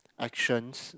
actions